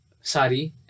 sari